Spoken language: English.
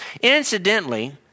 Incidentally